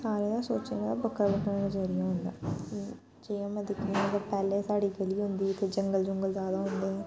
सारें दा सोचने दा बक्खरा बक्खरा नजरिया होंदा जियां में दिक्खनी आं के पैह्ले साढ़ी गली होंदी ही इत्थै जंगल जुंगल ज्यादा होंदे हे